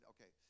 Okay